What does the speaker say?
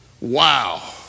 Wow